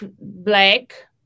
black